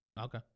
okay